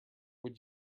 would